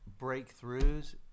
breakthroughs